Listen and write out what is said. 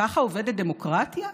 ככה עובדת דמוקרטיה?